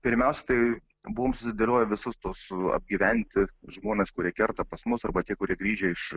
pirmiausia tai buvom susidėlioję visus tuos apgyvendinti žmones kurie kerta pas mus arba tie kurie grįžę iš